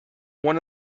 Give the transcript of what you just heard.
one